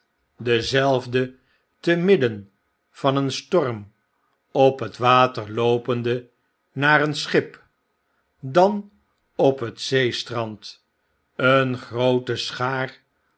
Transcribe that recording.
dezelfde te midden van een storm op het water loopende naar een schip dan op net zeestrand een groote schaar